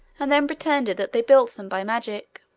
and then pretended that they built them by magic.